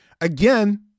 Again